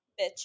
bitches